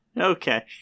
Okay